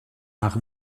nach